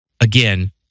again